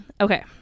okay